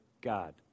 God